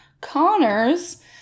Connors